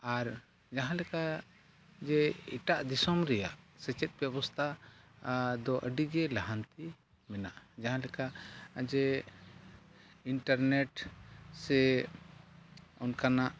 ᱟᱨ ᱡᱟᱦᱟᱸᱞᱮᱠᱟ ᱡᱮ ᱮᱴᱟᱜ ᱫᱤᱥᱚᱢ ᱨᱮᱭᱟᱜ ᱥᱮᱪᱮᱫ ᱵᱮᱵᱚᱥᱛᱷᱟ ᱟᱫᱚ ᱟᱹᱰᱤᱜᱮ ᱞᱟᱦᱟᱱᱛᱤ ᱢᱮᱱᱟᱜᱼᱟ ᱡᱟᱦᱟᱸᱞᱮᱠᱟ ᱡᱮ ᱤᱱᱴᱟᱨᱱᱮᱴ ᱥᱮ ᱚᱱᱠᱟᱱᱟᱜ